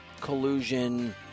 collusion